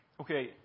Okay